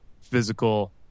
physical